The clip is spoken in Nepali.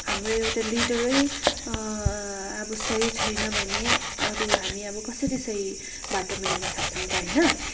हाम्रो एउटा लिडरै अब सही छैन भने अरू हामी अब कसरी सही बाटोमा हिँड्न सक्छौँ त होइन